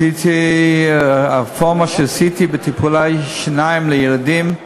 הרפורמה שעשיתי בטיפולי שיניים לילדים.